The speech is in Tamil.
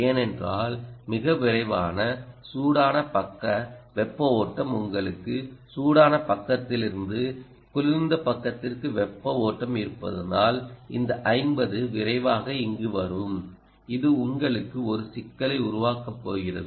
ஏனென்றால் மிக விரைவில் சூடான பக்க வெப்ப ஓட்டம் உங்களுக்கு சூடான பக்கத்திலிருந்து குளிர்ந்த பக்கத்திற்கு வெப்ப ஓட்டம் இருப்பதால் இந்த 50 விரைவாக இங்கு வரும் இது உங்களுக்கு ஒரு சிக்கலை உருவாக்கப் போகிறது